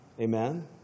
Amen